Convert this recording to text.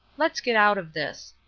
let's get out of this.